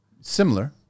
Similar